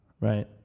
Right